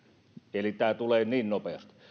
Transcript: eli tämä tulee niin nopeasti